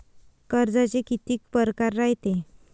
कर्जाचे कितीक परकार रायते?